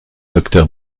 docteur